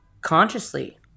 consciously